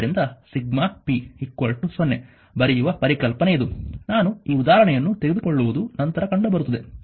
ಆದ್ದರಿಂದ sigma p 0 ಬರೆಯುವ ಪರಿಕಲ್ಪನೆ ಇದು ನಾನು ಈ ಉದಾಹರಣೆಯನ್ನು ತೆಗೆದುಕೊಳ್ಳುವುದು ನಂತರ ಕಂಡುಬರುತ್ತದೆ